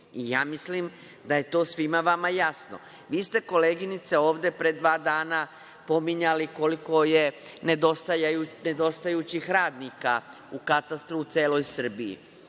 i ja mislim da je to svima vama jasno. Vi ste koleginice ovde pre dva dana pominjali koliko je nedostajućih radnika u katastru u celoj Srbiji.